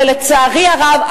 ולצערי הרב,